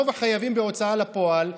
רוב החייבים בהוצאה לפועל,